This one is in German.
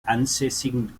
ansässigen